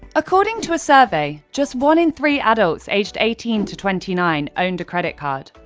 according to a survey, just one in three adults aged eighteen to twenty nine owned a credit card.